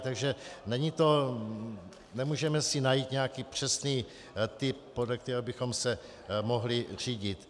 Takže nemůžeme si najít nějaký přesný typ, podle kterého bychom se mohli řídit.